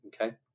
Okay